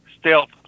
stealth